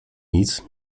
nic